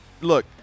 look